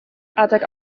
adeg